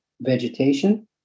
vegetation